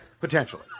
potentially